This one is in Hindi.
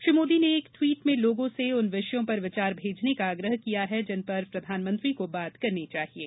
श्री मोदी ने एक ट्वीट में लोगों से उन विषयों पर विचार भेजने का आग्रह किया है जिन पर प्रधानमंत्री को बात करनी चाहिये